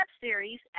series